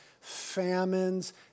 famines